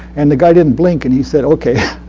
and the guy didn't blink. and he said, okay.